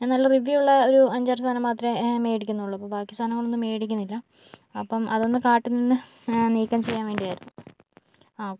ഞാൻ നല്ല റിവ്യൂ ഉള്ള ഒരു അഞ്ചാറ് സാധനം മാത്രമേ മേടിക്കുന്നുള്ളൂ അപ്പോൾ ബാക്കി സാധനങ്ങളൊന്നും മേടിക്കുന്നില്ല അപ്പോൾ അതൊന്ന് കാർട്ടിൽ നിന്ന് നീക്കം ചെയ്യാൻ വേണ്ടിയായിരുന്നു ആ ഓക്കെ